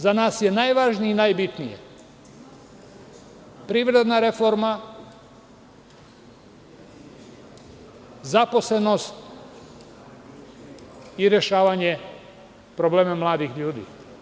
Za nas je najvažnije i najbitnije – privredna reforma, zaposlenost i rešavanje problema mladih ljudi.